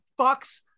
fucks